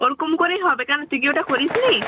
ওরকম করেই হবে কেন তুই কি ওটা করিসনি